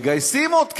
מגייסים עוד כסף,